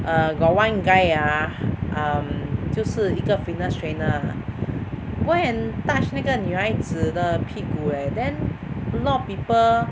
err got one guy ah um 就是一个 fitness trainer ah go and touch 那个女孩子的屁股 eh then a lot of people